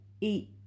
eat